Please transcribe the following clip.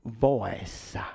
voice